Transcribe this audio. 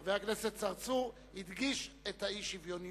חבר הכנסת צרצור הדגיש את האי-שוויוניות,